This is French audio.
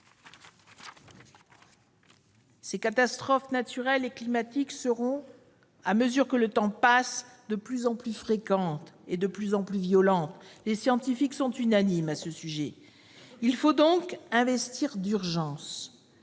ces catastrophes naturelles et climatiques seront, à mesure que le temps passe, de plus en plus fréquentes et de plus en plus violentes. Les scientifiques sont unanimes sur le sujet. Il faut donc investir d'urgence